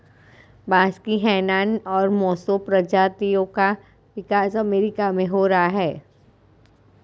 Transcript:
बांस की हैनान और मोसो प्रजातियों का विकास अमेरिका में हो रहा है